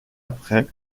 après